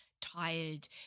tired